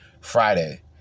Friday